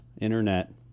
Internet